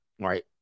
right